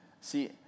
See